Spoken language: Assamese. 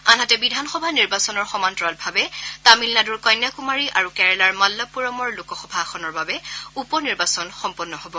আনহাতে বিধানসভা নিৰ্বাচনৰ সমান্তৰালভাৱে তামিলনাডুৰ কন্যাকুমাৰী আৰু কেৰালাৰ মালপ্পুৰমৰ লোকসভা আসনৰ বাবে উপ নিৰ্বাচন সম্পন্ন হ'ব